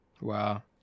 Wow